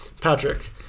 Patrick